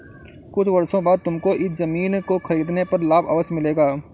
कुछ वर्षों बाद तुमको इस ज़मीन को खरीदने पर लाभ अवश्य मिलेगा